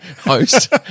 host